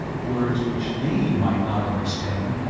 words which dane might not understand.